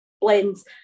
blends